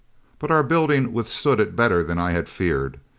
but our building withstood it better than i had feared.